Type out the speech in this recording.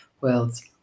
worlds